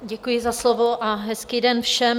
Děkuji za slovo a hezký den všem.